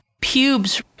pubes